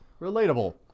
Relatable